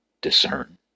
discern